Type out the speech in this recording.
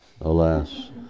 alas